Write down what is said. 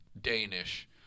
Danish